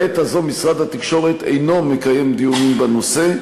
בעת הזאת משרד התקשורת אינו מקיים דיונים בנושא.